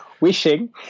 wishing